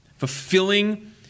Fulfilling